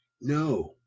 No